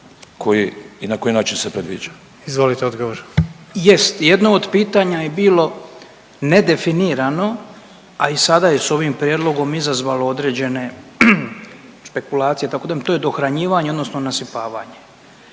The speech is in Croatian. odgovor. **Butković, Oleg (HDZ)** Jest jedno od pitanja je bilo nedefinirano, a i sada je s ovim prijedlogom izazvalo određene špekulacije tako … to je dohranjivanje odnosno nasipavanje.